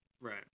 Right